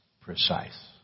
precise